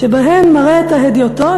"שבהן מראה את ההדיוטות,